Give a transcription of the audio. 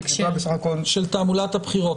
בהקשר של תעמולת הבחירות.